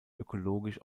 ökologisch